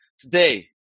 Today